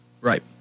Right